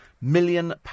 million